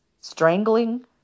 strangling